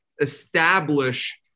establish